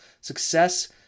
success